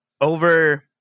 over